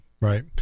right